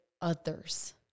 others